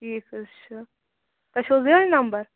ٹھیٖک حٲز چُِھ تۄہہ چُھو حٲز یِہوے نمبر